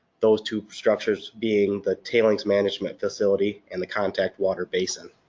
those two structures being the tailings management facility and the contact water basin.